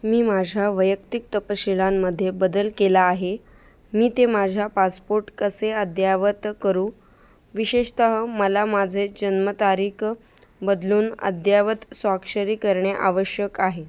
मी माझ्या वैयक्तिक तपशिलांमध्ये बदल केला आहे मी ते माझ्या पासपोर्ट कसे अद्ययावत करू विशेषतः मला माझे जन्मतारीख बदलून अद्ययावत स्वाक्षरी करणे आवश्यक आहे